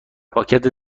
پاکت